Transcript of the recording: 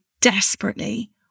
desperately